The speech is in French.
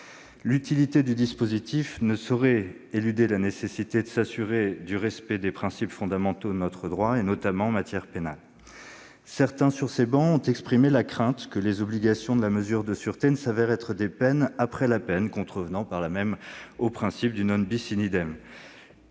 L'utilité du dispositif ne saurait éluder la nécessité de s'assurer du respect des principes fondamentaux de notre droit, notamment en matière pénale. Certains sur ces travées ont exprimé la crainte que les obligations de la mesure de sûreté ne se révèlent être des peines après la peine, contrevenant par là même au principe du. Non seulement